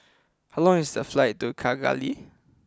how long is the flight to Kigali